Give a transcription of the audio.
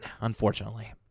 unfortunately